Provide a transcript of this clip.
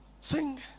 Sing